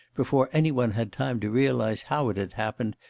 before any one had time to realise how it had happened,